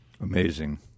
Amazing